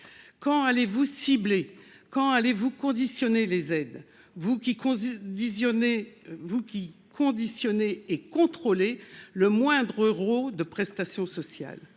Quand allez-vous cibler et conditionner les aides, vous qui conditionnez et contrôlez le moindre euro de prestations sociales